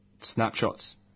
snapshots